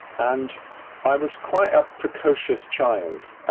and i was quite a precocious child.